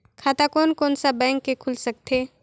खाता कोन कोन सा बैंक के खुल सकथे?